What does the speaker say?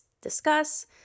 discuss